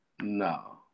No